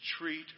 treat